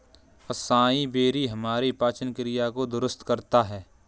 acai berry हमारी पाचन क्रिया को दुरुस्त करता है